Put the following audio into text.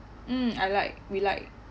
mm I like we like